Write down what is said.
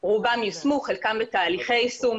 רובן יושמו, וחלקן בתהליכי יישום.